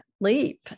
leap